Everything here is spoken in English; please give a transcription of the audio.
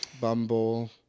Bumble